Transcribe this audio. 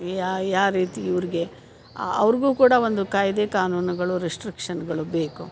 ಯಾವ ಯಾವ ರೀತಿ ಇವ್ರಿಗೆ ಅವ್ರಿಗೂ ಕೂಡ ಒಂದು ಕಾಯಿದೆ ಕಾನೂನುಗಳು ರಿಸ್ಟ್ರಿಕ್ಷನ್ಗಳು ಬೇಕು